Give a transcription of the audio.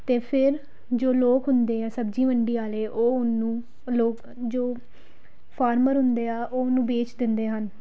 ਅਤੇ ਫਿਰ ਜੋ ਲੋਕ ਹੁੰਦੇ ਆ ਸਬਜ਼ੀ ਮੰਡੀ ਵਾਲੇ ਉਹ ਉਹਨੂੰ ਲੋਕ ਜੋ ਫਾਰਮਰ ਹੁੰਦੇ ਆ ਉਹ ਉਹਨੂੰ ਵੇਚ ਦਿੰਦੇ ਹਨ